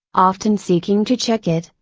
often seeking to check it,